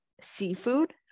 seafood